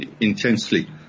intensely